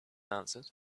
answered